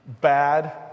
bad